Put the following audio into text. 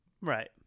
right